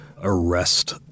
arrest